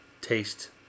Taste